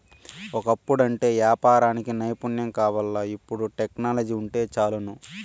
ఒకప్పుడంటే యాపారానికి నైపుణ్యం కావాల్ల, ఇపుడు టెక్నాలజీ వుంటే చాలును